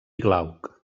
glauc